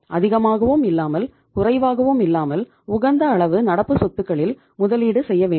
அதிகமாகவும் இல்லாமல் குறைவாகவும் இல்லாமல் உகந்த அளவு நடப்பு சொத்துக்களில் முதலீடு செய்ய வேண்டும்